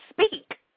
speak